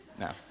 no